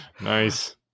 nice